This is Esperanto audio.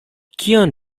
kion